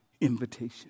invitation